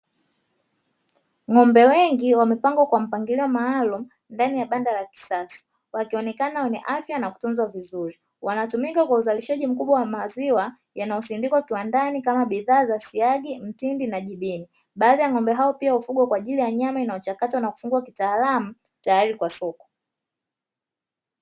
Ng'ombe wengi wamepangwa kwa mpangilio maalum ndani ya banda la kisasa wakionekana wenye afya na kutunza vizuri, wanatumika kwa uzalishaji mkubwa wa maziwa yanayosindikwa kiwandani kama bidhaa za siagi, mtindi, na jibini baadhi ya ng'ombe hao pia hufugwa kwa ajili ya nyama inayochakatwa na kufungua kitaalamu tayari kwa soko.